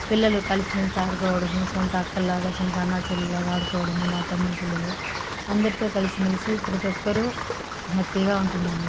పిల్లలు కలిసిమెలిసి ఆడుకోవడము సొంత అక్కలాగా సొంత అన్నాచెల్లెళ్లగా ఆడుకోవడము మా తమ్ముడి పిల్లలు అందరితో కలిసి మెలిసి ప్రతి ఒక్కరూ హ్యాపీగా ఉంటున్నాము